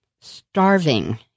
starving